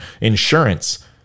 insurance